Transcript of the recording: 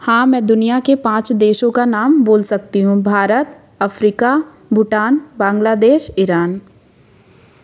हाँ मैं दुनिया के पाँच देशों का नाम बोल सकती हूँ भारत अफ्रीका भूटान बांग्लादेश ईरान